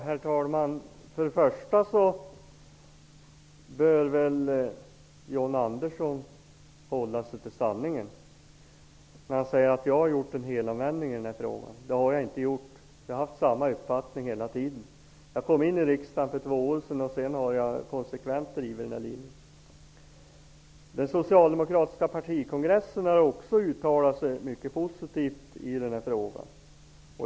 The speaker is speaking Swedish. Herr talman! Först och främst bör väl John Andersson hålla sig till sanningen. Han säger att jag har gjort en helomvändning i denna fråga. Det har jag inte gjort. Jag har haft samma uppfattning hela tiden. Jag kom in i riksdagen för två år sedan. Jag har sedan dess konsekvent drivit denna linje. Den socialdemokratiska partikonkgressen har också uttalat sig mycket positivt i denna fråga.